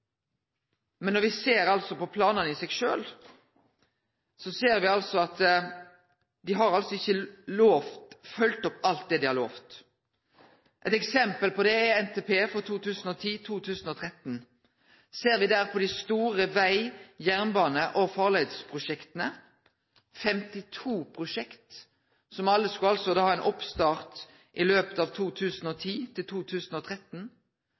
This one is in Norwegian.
Men når me ser på planane i seg sjølv, ser me at dei ikkje har følgt opp alt dei har lova. Eit eksempel på det er NTP for 2010–2013. Ser me på dei store veg-, jernbane- og farleiprosjekta – 52 prosjekt, som alle skulle ha oppstart i perioden 2010–2013 – ser me at det har gått tre av